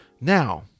Now